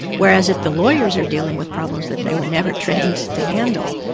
whereas if the lawyers are dealing with problems that they were never trained to handle,